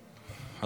שלוש דקות לרשותך.